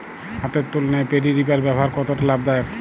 হাতের তুলনায় paddy reaper ব্যবহার কতটা লাভদায়ক?